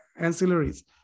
ancillaries